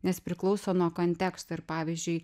nes priklauso nuo konteksto ir pavyzdžiui